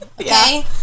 okay